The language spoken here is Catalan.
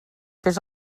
fes